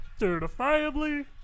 Certifiably